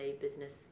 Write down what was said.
business